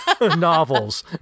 novels